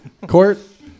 court